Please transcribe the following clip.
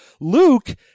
Luke